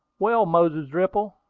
well, moses dripple,